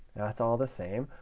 that's all the same.